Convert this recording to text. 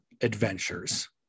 adventures